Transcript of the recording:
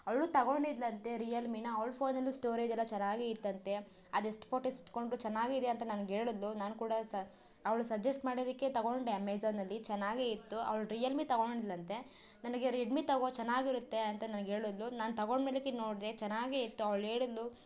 ಅವಳು ತಗೊಂಡಿದ್ಲಂತೆ ರಿಯಲ್ಮೀನ ಅವ್ಳ ಫೋನಲ್ಲೂ ಸ್ಟೋರೇಜ್ ಎಲ್ಲ ಚೆನ್ನಾಗೇ ಇತ್ತಂತೆ ಅದೆಷ್ಟ್ ಫೊಟೋಸ್ ಇಟ್ಕೊಂಡ್ರೂ ಚೆನ್ನಾಗಿದೆ ಅಂತ ನನಗೆ ಹೇಳುದ್ಲು ನಾನು ಕೂಡ ಅವಳು ಸಜೆಸ್ಟ್ ಮಾಡಿದ್ದಕ್ಕೆ ತಗೊಂಡೆ ಅಮೆಝಾನಲ್ಲಿ ಚೆನ್ನಾಗೇ ಇತ್ತು ಅವ್ಳು ರಿಯಲ್ಮೀ ತಗೊಂಡಳಂತೆ ನನಗೆ ರೆಡ್ಮಿ ತಗೋ ಚೆನ್ನಾಗಿರುತ್ತೆ ಅಂತ ನನ್ಗೆ ಹೇಳುದ್ಲು ನಾನು ತಗೊಂಡ್ಮೇಲಿಕ್ಕೆ ಇದು ನೋಡಿದೆ ಚೆನ್ನಾಗೇ ಇತ್ತು ಅವ್ಳು ಹೇಳಿದ್ಲು